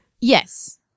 Yes